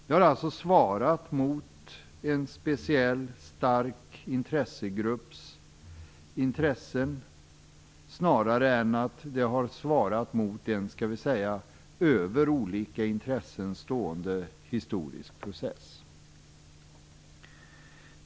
Det har alltså svarat mot en speciell stark intressegrupps intressen snarare än mot en, låt oss säga, över olika intressen stående historisk process.